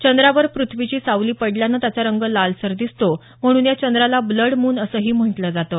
चंद्रावर पृथ्वीची सावली पडल्यानं त्याचा रंग लालसर दिसतो म्हणून या चंद्राला ब्लड मून असंही म्हटलं जातं